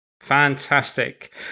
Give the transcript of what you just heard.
Fantastic